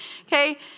okay